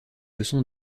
leçons